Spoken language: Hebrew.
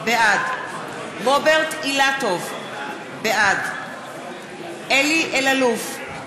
בעד רוברט אילטוב, בעד אלי אלאלוף,